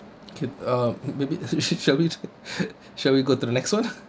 could um maybe you should shall we shall we go to the next one